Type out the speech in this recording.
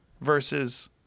versus